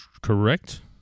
Correct